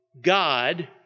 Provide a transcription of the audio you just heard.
God